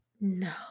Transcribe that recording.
No